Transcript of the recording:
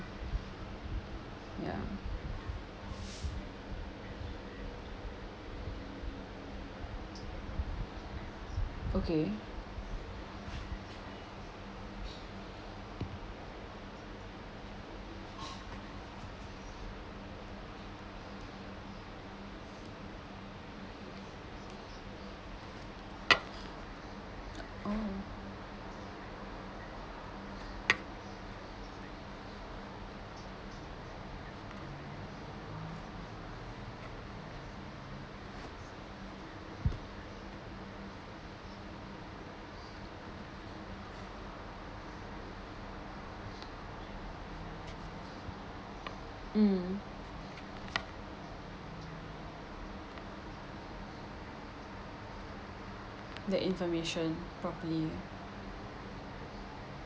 ya okay oh mm the information properly